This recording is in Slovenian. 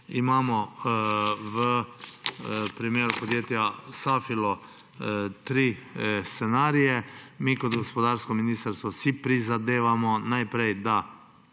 imamo v primeru podjetja Safilo tri scenarije. Mi kot gospodarsko ministrstvo si prizadevamo najprej, da